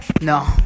No